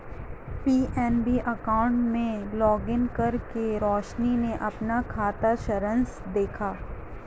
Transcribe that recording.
PNB account में login करके रोशनी ने अपना खाता सारांश देखा